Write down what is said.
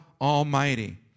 Almighty